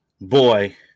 boy